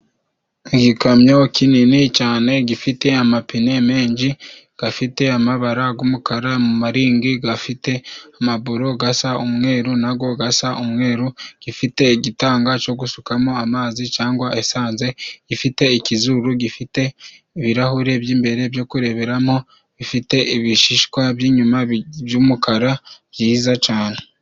Igikamyo kinini cyane gifite amapine menshi, gafite amabara g'umukara, mu maringi gafite amaburo gasa umweru na go gasa umweru, gifite igitanga co gusukamo amazi cangwa esanze, gifite ikizuru gifite ibirahuri by'imbere byo kureberamo, bifite ibishishwa by'inyuma by'umukara byiza cane.